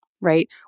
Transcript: Right